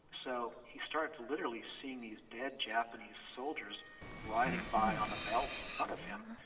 so, he starts literally seeing these dead japanese soldiers riding by on a belt in front of him,